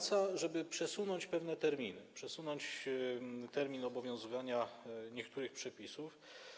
Chodzi o to, żeby przesunąć pewne terminy, przesunąć termin obowiązywania niektórych przepisów.